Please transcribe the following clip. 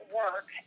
work